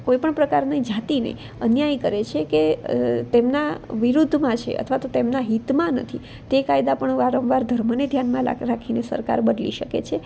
કોઈ પણ પ્રકારની જાતિને અન્યાય કરે છે કે તેમના વિરુદ્ધમાં છે અથવા તો તેમના હિતમાં નથી તે કાયદા પણ વારંવાર ધર્મને ધ્યાનમાં લા રાખીને સરકાર બદલી શકે છે